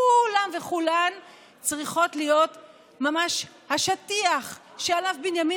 כולם וכולן צריכות להיות ממש השטיח שעליו בנימין